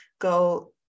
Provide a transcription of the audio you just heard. go